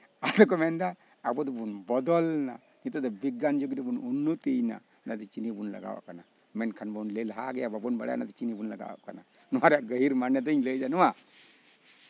ᱟᱫᱚ ᱠᱚ ᱢᱮᱱᱫᱟ ᱟᱵᱚ ᱫᱚᱵᱚᱱ ᱵᱚᱫᱚᱞᱱᱟ ᱱᱤᱛᱚᱜ ᱫᱚᱠᱚ ᱢᱮᱱᱫᱟ ᱵᱤᱜᱽᱜᱟᱱ ᱡᱩᱜᱽ ᱨᱮᱵᱚᱱ ᱩᱱᱱᱚᱛᱤᱭᱮᱱᱟ ᱢᱮᱱᱠᱷᱟᱱ ᱵᱚᱱ ᱞᱮᱞᱦᱟ ᱜᱮᱭᱟ ᱵᱟᱵᱚᱱ ᱵᱟᱲᱟᱭᱟ ᱪᱤᱱᱤ ᱵᱚᱱ ᱞᱟᱜᱟᱣ ᱟᱜ ᱠᱟᱱᱟ ᱱᱚᱣᱟ ᱨᱮᱭᱟᱜ ᱜᱟᱹᱦᱤᱨ ᱢᱚᱱᱮ ᱫᱚ ᱱᱚᱣᱟ